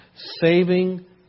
saving